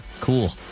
cool